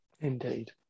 indeed